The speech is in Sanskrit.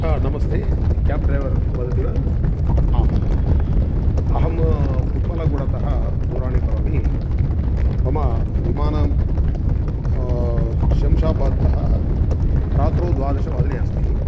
ह नमस्ते क्याब् ड्रैवर् वदति वा आम् अहं पुप्पलगुळतः दूरवाणीं करोमि मम विमानं शंशाबादतः रात्रौ द्वादशवादने अस्ति